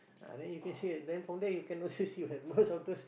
ah then you can see it then from there you can access you have most of those